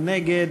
מי נגד?